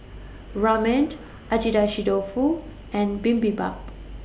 Ramen Agedashi Dofu and Bibimbap